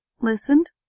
listened